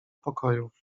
pokojów